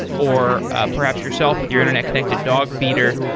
or ah perhaps yourself with your internet-connected dog feeder.